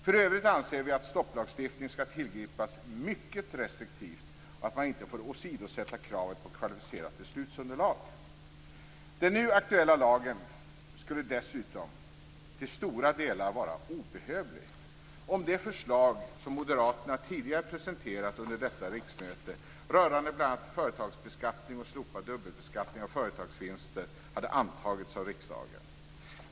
För övrigt anser vi att stopplagstiftning skall tillgripas mycket restriktivt och att man inte får åsidosätta kravet på kvalificerat beslutsunderlag. Den nu aktuella lagen skulle dessutom till stora delar vara obehövlig om de förslag som Moderaterna tidigare presenterat under detta riksmöte rörande bl.a.